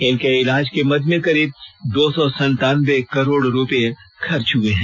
इनके इलाज के मद में करीब दो सौ संतान्बे करोड़ खर्च हुए है